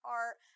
art